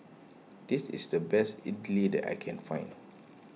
this is the best Idili I can find